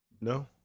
No